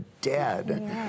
Dead